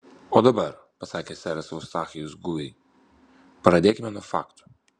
o dabar pasakė seras eustachijus guviai pradėkime nuo faktų